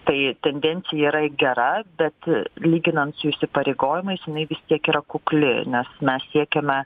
tai tendencija yra gera bet lyginant su įsipareigojimais jinai vis tiek yra kukli nes mes siekiame